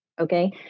okay